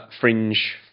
fringe